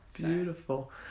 Beautiful